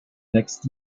next